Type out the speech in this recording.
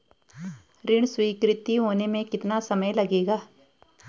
ऋण स्वीकृति होने में कितना समय लगेगा?